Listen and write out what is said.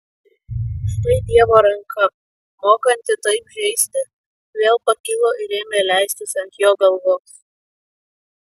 štai dievo ranka mokanti taip žeisti vėl pakilo ir ėmė leistis ant jo galvos